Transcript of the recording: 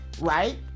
right